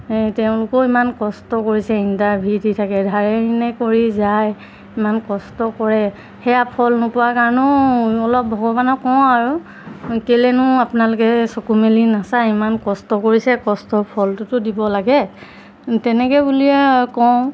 তেওঁলোকেও ইমান কষ্ট কৰিছে ইণ্টাৰভিউ দি থাকে কৰি যায় ইমান কষ্ট কৰে সেয়া ফল নোপোৱাৰ কাৰণেও অলপ ভগৱানক কওঁ আৰু কেলেনো আপোনালোকে চকু মেলি নাচাই ইমান কষ্ট কৰিছে কষ্টৰ ফলটোতো দিব লাগে তেনেকৈ বুলিয়ে কওঁ